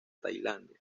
tailandia